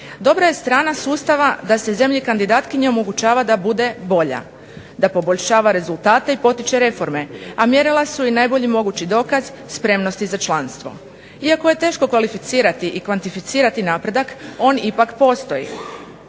Dobra je strana sustava da se zemlji kandidatkinji omogućava da bude bolja, da poboljšava rezultate i potiče reforme, a mjerila su i najbolji mogući dokaz spremnosti za članstvo. Iako je teško kvalificirati i kvantificirati napredak on ipak postoji.